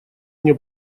мне